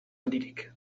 handirik